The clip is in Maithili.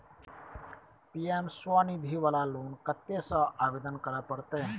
पी.एम स्वनिधि वाला लोन कत्ते से आवेदन करे परतै?